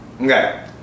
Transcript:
Okay